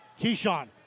Keyshawn